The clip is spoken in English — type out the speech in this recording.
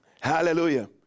Hallelujah